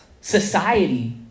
society